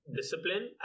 discipline